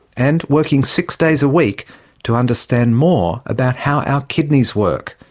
and working six days a week to understand more about how our kidneys work,